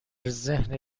ذهن